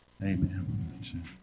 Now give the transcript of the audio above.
Amen